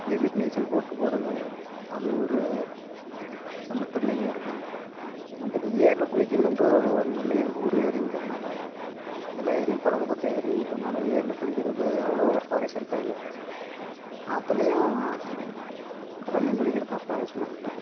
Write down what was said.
எதிர்நீச்சல் போட்டு போகறது அது ஒரு செம்ம த்ரிலிங்காக இருக்கும் வந்துவிட்டு ஏரியில குளிக்கறதுன்றது அவ்வளோ ஒரு நல்ல எங்கள் ஊர் ஏரிங்கிறனால எல்லா ஏரியும் பழக்கப்பட்ட ஏரின்றதுனால ஏரியில குளிக்கிறது அவ்வளோ சுவாரஸ்யம் இருக்காது ஆற்றுலையும் கடல்லையும் குளிக்கறது தான் சுவாரஸ்யமாக இருக்கும்